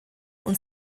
und